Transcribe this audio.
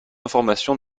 information